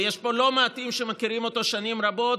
ויש פה לא מעטים שמכירים אותו שנים רבות,